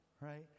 right